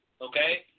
okay